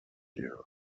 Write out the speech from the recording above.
you